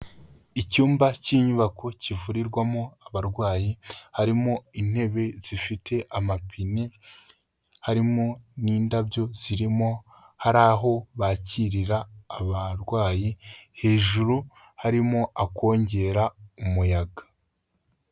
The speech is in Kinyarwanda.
Icyumba cy'inyubako kivurirwamo abarwayi, harimo intebe zifite amapine, harimo n'indabyo zirimo, hari aho bakirira abarwayi, hejuru harimo akongera umuyaga.